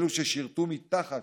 אלו ששירתו מתחת